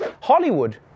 Hollywood